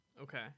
Okay